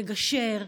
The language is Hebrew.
לגשר,